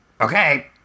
Okay